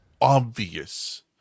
obvious